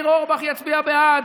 ניר אורבך יצביע בעד,